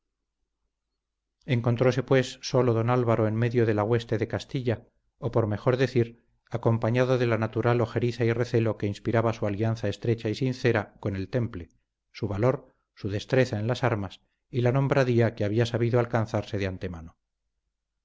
encontróse pues solo don álvaro en medio de la hueste de castilla o por mejor decir acompañado de la natural ojeriza y recelo que inspiraba su alianza estrecha y sincera con el temple su valor su destreza en las armas y la nombradía que había sabido alcanzarse de antemano